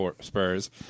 Spurs